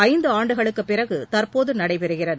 ஐந்து ஆண்டுகளுக்குப் பிறகு தற்போது நடைபெறுகிறது